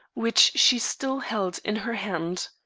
which she still held in her hand